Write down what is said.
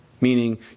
Meaning